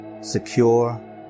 secure